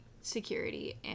security